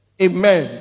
Amen